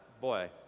boy